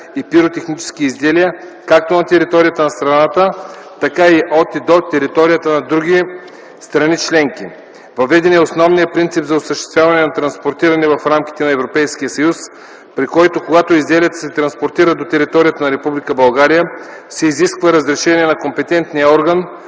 и пиротехнически изделия както на територията на страната, така и от и до територията на други страни членки. Въведен е основният принцип за осъществяване на транспортиране в рамките на Европейския съюз, при който когато изделията се транспортират до територията на Република България, се изисква разрешение на компетентния орган